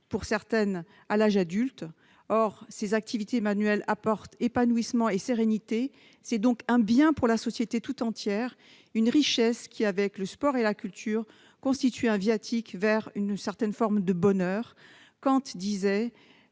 aussi à l'âge adulte. Or ces activités apportent épanouissement et sérénité. C'est donc un bien pour la société tout entière, une richesse qui, avec le sport et la culture, constitue un viatique vers une certaine forme de bonheur. Kant disait